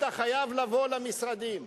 אתה חייב לבוא למשרדים,